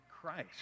Christ